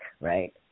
right